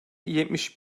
yetmiş